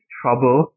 trouble